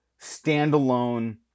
standalone